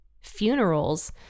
funerals